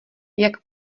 jak